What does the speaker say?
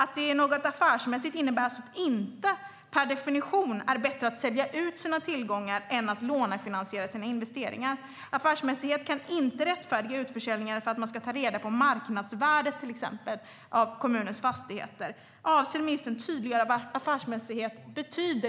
Att det är affärsmässigt innebär alltså inte att det per definition är bättre att sälja ut sina tillgångar än att lånefinansiera sina investeringar. Affärsmässighet kan inte rättfärdiga utförsäljningar för att man ska ta reda på till exempel marknadsvärdet på kommunens fastigheter. Avser ministern att tydliggöra vad affärsmässighet betyder?